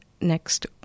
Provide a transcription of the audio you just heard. next